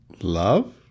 Love